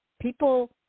people